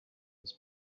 his